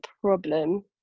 problem